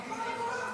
מציגה.